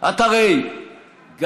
את הרי גדלת